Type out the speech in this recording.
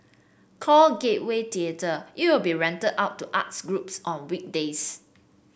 called Gateway Theatre it will be rented out to arts groups on weekdays